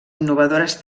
innovadores